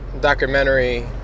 documentary